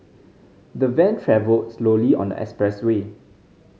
the van travelled slowly on the expressway